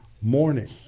morning